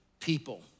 people